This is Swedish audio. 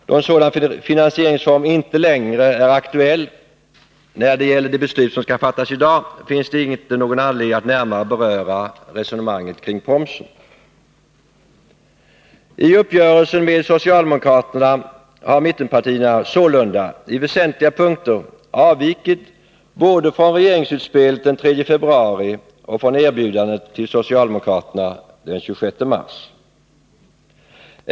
Då en sådan finansieringsform inte längre är aktuell när det gäller de beslut som skall fattas i dag, finns det inte någon anledning att närmare beröra det resonemanget. I uppgörelsen med socialdemokraterna har mittenpartierna sålunda på väsentliga punkter avvikit både från regeringsutspelet den 3 februari och från erbjudandet till socialdemokraterna den 26 mars.